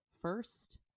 first